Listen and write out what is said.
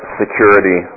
security